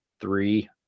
three